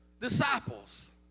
Disciples